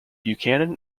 buchanan